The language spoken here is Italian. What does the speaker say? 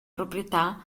proprietà